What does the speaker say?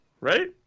right